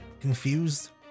confused